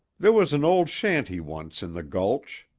there was an old shanty once in the gulch,